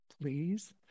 Please